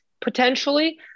potentially